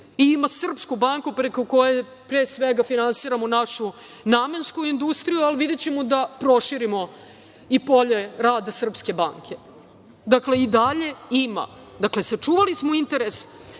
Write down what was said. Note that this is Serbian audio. ima „Srpsku banku“ preko koje pre svega finansiramo našu namensku industriju, ali videćemo da proširimo i polje rada „Srpske banke“.Dakle, i dalje ima, sačuvali smo interes,